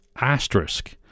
asterisk